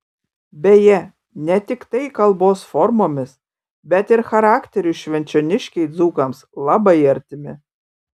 beje ne tiktai kalbos formomis bet ir charakteriu švenčioniškiai dzūkams labai artimi